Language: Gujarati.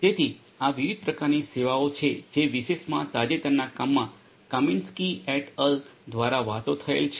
તેથી આ વિવિધ પ્રકારની સેવાઓ છે જે વિશેષમાં તાજેતરના કામમા કામિન્સકી એટ અલ દ્વારા વાતો થયેલ છે